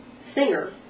singer